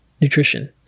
nutrition